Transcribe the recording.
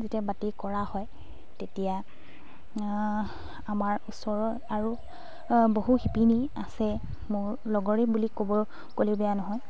যেতিয়া বাতি কৰা হয় তেতিয়া আমাৰ ওচৰৰ আৰু বহু শিপিনী আছে মোৰ লগৰেই বুলি ক'ব গ'লে বেয়া নহয়